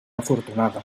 afortunada